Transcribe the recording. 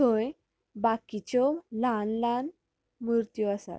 थंय बाकीच्यो ल्हान ल्हान मुर्त्यो आसात